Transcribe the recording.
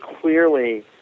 clearly